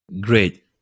Great